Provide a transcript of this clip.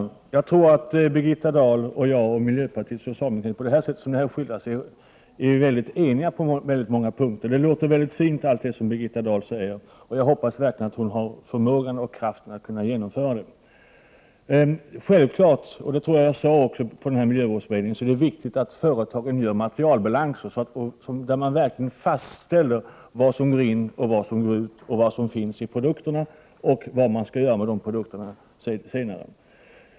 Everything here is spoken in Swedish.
Herr talman! Mot bakgrund av den skildring som här har givits tror jag att Birgitta Dahl och jag liksom även miljöpartiet och socialdemokratin är eniga på många punkter. Allt det som Birgitta Dahl säger låter mycket fint, och jag hoppas att hon har kraften och förmågan att genomföra det. Som jag också framhöll i miljövårdsberedningen är det viktigt att företagen gör materialbalanser, där det verkligen fastställs vad som går in, vad som går ut, vad som finns i produkterna och vad man senare skall göra med dessa.